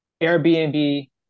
Airbnb